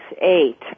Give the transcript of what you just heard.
eight